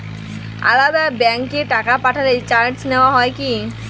আলাদা ব্যাংকে টাকা পাঠালে চার্জ নেওয়া হয় কি?